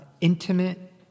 intimate